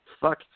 fuck